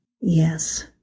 Yes